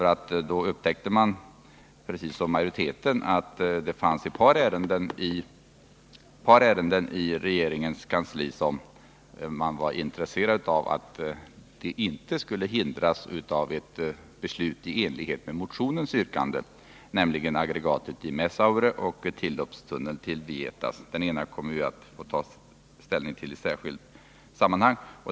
Man upptäckte nämligen, precis som utskottsmajoriteten, att det fanns ett par ärenden i regeringskansliet som man var intresserad av inte, genom ett beslut i enlighet med motionsyrkandet, skulle hindras från att bli avgjorda. Det var de ärenden som gäller ett nytt aggregat i Messaure och en tilloppstunnel till Vietas. Den ena frågan kommer vi att få ta ställning till i särskilt sammanhang.